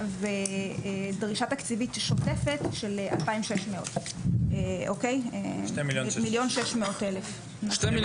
שקלים ודרישה תקציבית שוטפת של 2,600. שני מיליון ו-600 אלף שקלים.